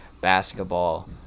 basketball